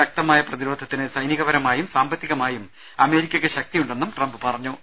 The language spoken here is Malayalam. ശക്തമായ പ്രതിരോധത്തിന് സൈനികപരമായും സാമ്പത്തികമായും അമേ രിക്കയ്ക്ക് ശക്തിയുണ്ടെന്നും ട്രംപ് പറഞ്ഞു